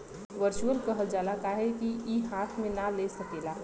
virtual कहल जाला काहे कि ई हाथ मे ना ले सकेला